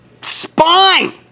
spine